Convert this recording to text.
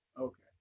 Okay